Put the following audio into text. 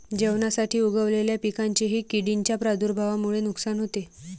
जेवणासाठी उगवलेल्या पिकांचेही किडींच्या प्रादुर्भावामुळे नुकसान होते